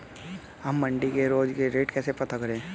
हम मंडी के रोज के रेट कैसे पता करें?